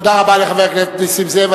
תודה רבה לחבר הכנסת נסים זאב.